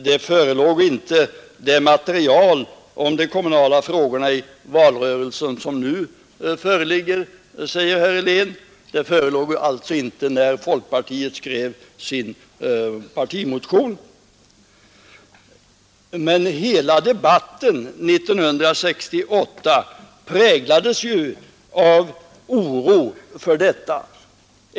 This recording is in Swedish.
Herr talman! Det material om de kommunala frågorna i valrörelsen som nu föreligger fanns inte när folkpartiet skrev sin partimotion, säger herr Helén. Men hela debatten 1968 präglades ju av oro för den kommunala demokratin.